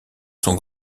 son